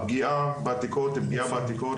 הפגיעה בעתיקות היא פגיעה בעתיקות,